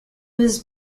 was